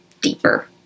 deeper